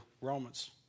romans